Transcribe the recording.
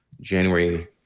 January